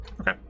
Okay